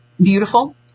beautiful